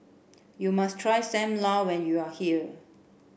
you must try Sam Lau when you are here